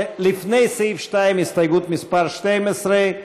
לפני סעיף 2. הסתייגות מס' 12,